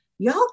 Y'all